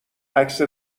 عکس